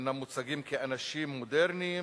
אינם מוצגים כאנשים מודרניים,